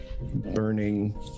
burning